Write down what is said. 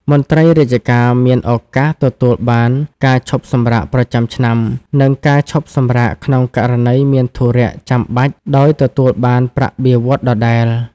មន្ត្រីរាជការមានឱកាសទទួលបានការឈប់សម្រាកប្រចាំឆ្នាំ និងការឈប់សម្រាកក្នុងករណីមានធុរៈចាំបាច់ដោយទទួលបានប្រាក់បៀវត្សរ៍ដដែល។